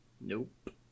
Nope